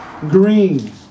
green